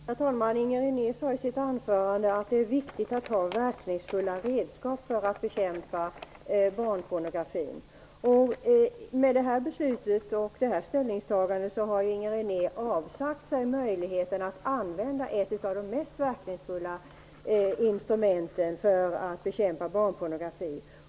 Herr talman! Inger René sade i sitt anförande att det är viktigt att ha verkningsfulla redskap för att bekämpa barnpornografin. Med detta beslut och detta ställningstagande har ju Inger René avsagt sig möjligheterna att använda sig av ett av de mest verkningsfulla instrumenten för bekämpning av barnpornografi.